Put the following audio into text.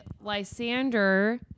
Lysander